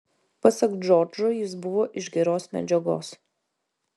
pasak džordžo jis buvo iš geros medžiagos